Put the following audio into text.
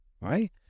right